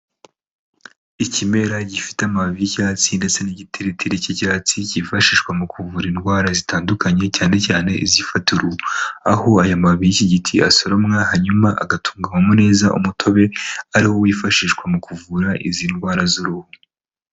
Ikimera gifite amababi y'icyatsi ndetse n'igitiritiri cy'icyatsi kifashishwa mu kuvura indwara zitandukanye cyane cyane izifata uruhu, aho aya mababi y'iki giti asoromwa hanyuma agatunganywamo neza umutobe ari wo wifashishwa mu kuvura izi ndwara z'uruhu.